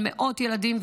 על מאות ילדים,